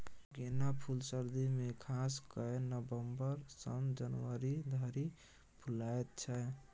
गेना फुल सर्दी मे खास कए नबंबर सँ जनवरी धरि फुलाएत छै